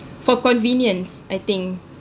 for convenience I think